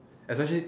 especially